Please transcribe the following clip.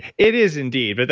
it is indeed. but